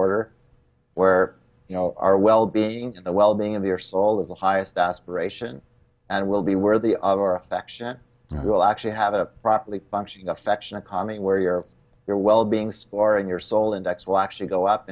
order where you know our well being the well being of your soul is the highest aspiration and will be worthy of our affection who will actually have a properly functioning affection economy where you or your well being storing your soul index will actually go up